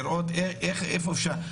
לראות איך אפשר.